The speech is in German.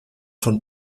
von